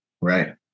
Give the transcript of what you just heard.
Right